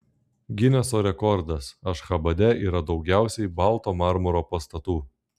gineso rekordas ašchabade yra daugiausiai balto marmuro pastatų